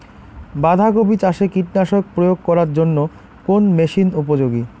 বাঁধা কপি চাষে কীটনাশক প্রয়োগ করার জন্য কোন মেশিন উপযোগী?